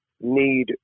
need